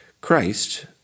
Christ